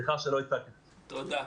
שגיא,